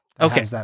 Okay